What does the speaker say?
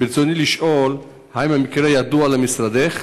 ברצוני לשאול: 1. האם המקרה ידוע למשרדך?